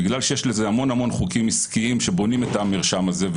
בגלל שיש המון חוקים עסקיים שבונים את המרשם הזה,